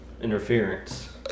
interference